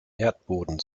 erdboden